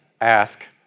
ask